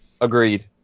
Agreed